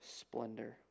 splendor